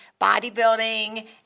bodybuilding